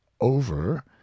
over